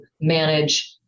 manage